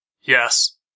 Yes